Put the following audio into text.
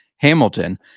Hamilton